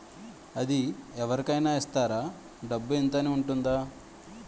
అది అవరి కేనా ఇస్తారా? డబ్బు ఇంత అని ఉంటుందా?